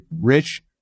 rich